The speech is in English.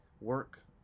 work